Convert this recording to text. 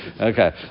Okay